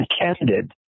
intended